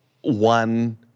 one